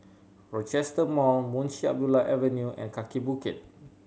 Rochester Mall Munshi Abdullah Avenue and Kaki Bukit